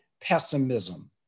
pessimism